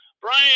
Brian